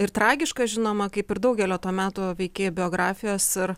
ir tragiška žinoma kaip ir daugelio to meto veikėjų biografijos ir